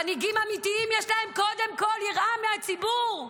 למנהיגים אמיתיים יש קודם כול יראה מהציבור,